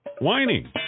whining